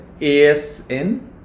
ASN